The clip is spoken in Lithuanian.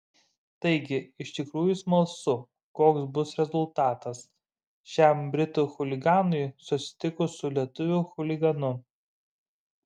taigi iš tikrųjų smalsu koks bus rezultatas šiam britų chuliganui susitikus su lietuvių chuliganu